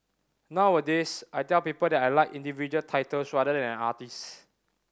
nowadays I tell people that I like individual titles rather than an artist